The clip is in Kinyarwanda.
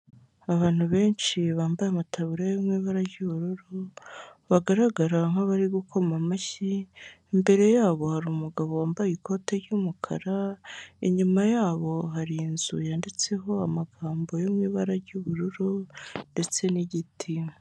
Abantu benshi bambaye amataburiya ari mu ibara ry'ubururu, bagaragara nkabari gukoma amashyi, imbere yabo hari umugabo wambaye ikoti ry'umukara, inyuma yabo hari inzu yanditseho amagambo yo mu ibara ry'ubururu ndetse n'igiti.